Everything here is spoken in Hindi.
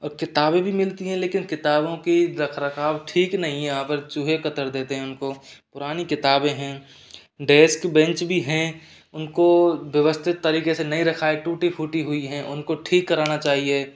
और किताबें भी मिलती है लेकिन किताबों की रख रखाव ठीक नहीं है यहाँ पर चूहे कतर देते हैं उनको पुरानी किताबें है डेस्क बेंच भी है उनको व्यवस्थित तरीके से नहीं रखा है टूटी फूटी हुई हैं उनको ठीक कराना चाहिए